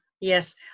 yes